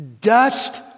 dust